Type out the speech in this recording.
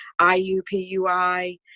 IUPUI